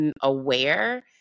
aware